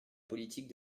politique